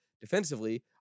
defensively